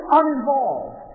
uninvolved